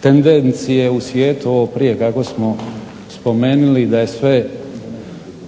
tendencije u svijetu, ovo prije kako smo spomenuli da je sve